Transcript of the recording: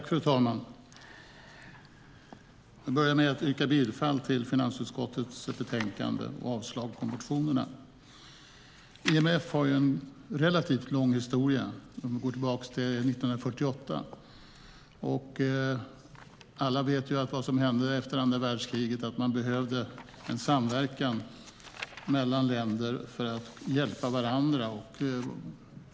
Fru talman! Jag yrkar bifall till förslaget i finansutskottets betänkande och avslag på motionerna. IMF har ju en relativt lång historia; den går tillbaka till 1948. Alla vet vad som hände efter andra världskriget. Man behövde en samverkan mellan länder för att hjälpa varandra.